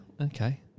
okay